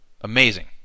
Amazing